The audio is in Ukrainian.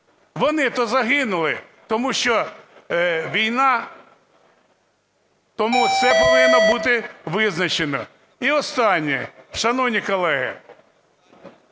Вони то загинули, тому що війна. Тому це повинно бути визначено. І останнє. Шановні колеги,